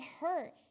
hurt